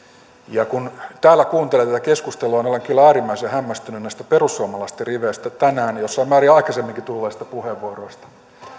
tavalla kun täällä kuuntelee tätä keskustelua niin olen kyllä äärimmäisen hämmästynyt näistä perussuomalaisten riveistä tänään ja jossain määrin aikaisemminkin tulleista puheenvuoroista tämä